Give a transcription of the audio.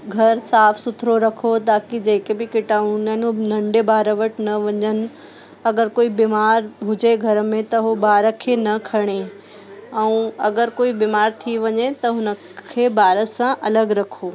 घर साफ़ु सुथिरो रखो ताकी जेके बि कीटाणु हुननि हू नंढे ॿार वटि न वञनि अगरि कोई बीमारु हुजे घर में त उहो ॿार खे न खणे ऐं अगरि कोई बीमारु थी वञे त हुन खे ॿार सां अलॻि रखो